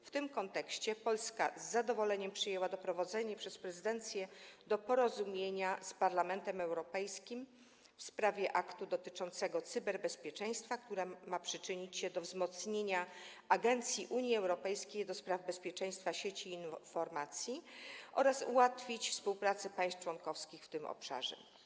W tym kontekście Polska z zadowoleniem przyjęła doprowadzenie przez prezydencję do porozumienia z Parlamentem Europejskim w sprawie aktu dotyczącego cyberbezpieczeństwa, który ma przyczynić się do wzmocnienia Agencji Unii Europejskiej ds. Bezpieczeństwa Sieci i Informacji oraz ułatwić współpracę państw członkowskich w tym obszarze.